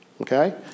Okay